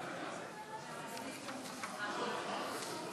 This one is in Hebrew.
חוק הכשרות המשפטית והאפוטרופסות (תיקון מס' 18),